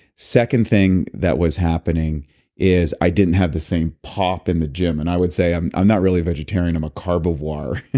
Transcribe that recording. second thing that was happening is i didn't have the same pop in the gym, and i would say i'm i'm not really a vegetarian, i'm a carbivore.